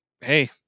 hey